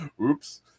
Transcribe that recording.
Oops